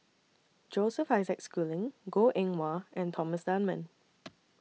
Joseph Isaac Schooling Goh Eng Wah and Thomas Dunman